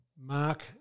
Mark